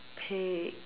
pig